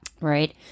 Right